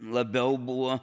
labiau buvo